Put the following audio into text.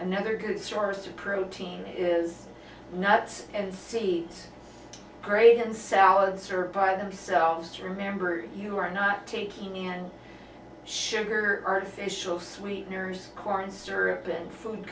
another good source of protein is nuts and seeds gravy and salad served by themselves remember you are not taking in sugar artificial sweeteners corn syrup and food